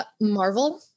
Marvel